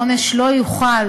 העונש לא יוכל,